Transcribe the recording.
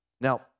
Now